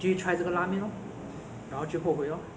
err 据我所知